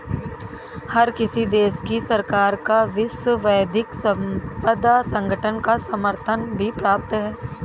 हर किसी देश की सरकार का विश्व बौद्धिक संपदा संगठन को समर्थन भी प्राप्त है